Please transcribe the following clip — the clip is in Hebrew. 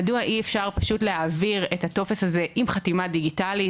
מדוע אי אפשר פשוט להעביר את הטופס הזה עם חתימה דיגיטלית,